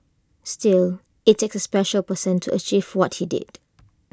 still IT takes A special person to achieve what he did